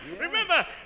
remember